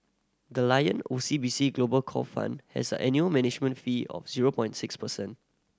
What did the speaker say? the Lion O C B C Global Core Fund has an annual management fee of zero point six percent